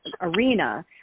arena